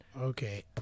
Okay